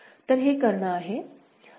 तर हे कर्ण आहे